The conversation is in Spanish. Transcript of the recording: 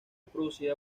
producida